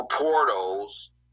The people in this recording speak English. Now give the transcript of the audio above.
portals